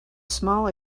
small